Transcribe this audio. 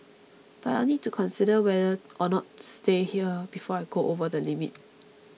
but I'll need to consider whether or not to stay here before I go over the limit